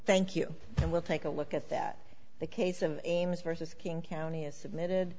thank you and we'll take a look at that the case of ames versus king county is submitted